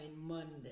Monday